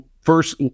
first